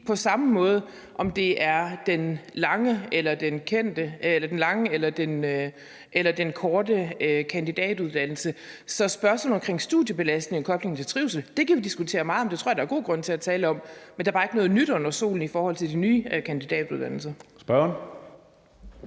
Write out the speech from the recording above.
på samme måde, uanset om det er den lange eller den korte kandidatuddannelse. Så spørgsmålet omkring studiebelastning koblet til trivsel kan vi diskutere meget, og det tror jeg der er god grund til at tale om, men der er bare ikke noget nyt under solen i forhold til de nye kandidatuddannelser.